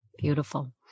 Beautiful